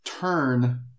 turn